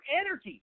energy